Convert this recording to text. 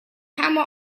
hammer